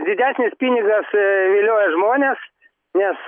didesnis pinigas vilioja žmones nes